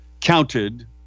counted